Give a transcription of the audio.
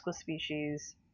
species